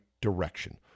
direction